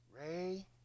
Ray